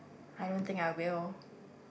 I don't think I will